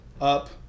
Up